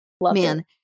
Man